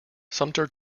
sumter